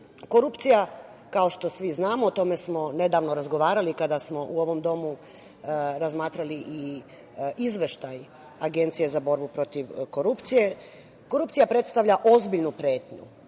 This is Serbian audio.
EU.Korupcija, kao što svi znamo, o tome smo nedavno razgovarali kada smo u ovom Domu razmatrali i Izveštaj Agencije za borbu protiv korupcije, predstavlja ozbiljnu pretnju